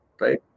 right